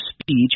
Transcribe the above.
speech